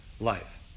life